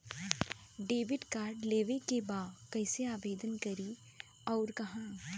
Debit card लेवे के बा कइसे आवेदन करी अउर कहाँ?